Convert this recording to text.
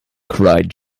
cried